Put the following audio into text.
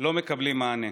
לא מקבלים מענה.